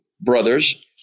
brothers